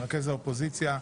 מרכז האופוזיציה,